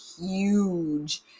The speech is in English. huge